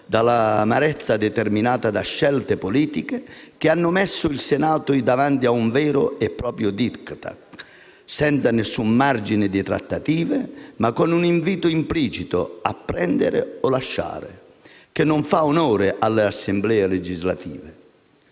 dall'amarezza determinata da scelte politiche che hanno messo il Senato davanti a un vero e proprio *Diktat*, senza alcun margine di trattativa, ma con un invito implicito a prendere o lasciare, che non fa onore alle Assemblee legislative.